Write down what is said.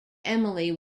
emily